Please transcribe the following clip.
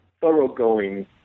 thoroughgoing